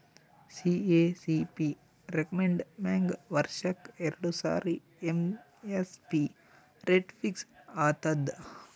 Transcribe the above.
CACP recommend ಮ್ಯಾಗ್ ವರ್ಷಕ್ಕ್ ಎರಡು ಸಾರಿ ಎಮ್.ಎಸ್.ಪಿ ರೇಟ್ ಫಿಕ್ಸ್ ಆತದ್